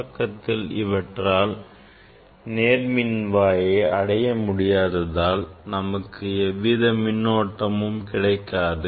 தொடக்கத்தில் இவற்றால் நேர்மின்வாயை அடைய முடியாததால் நமக்கு எவ்வித மின்னோட்டமும் கிடைக்காது